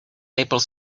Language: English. maple